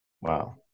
Wow